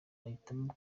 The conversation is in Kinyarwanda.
bahitamo